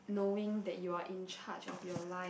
knowing that you are in charge of your life